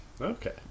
okay